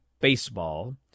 Baseball